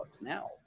now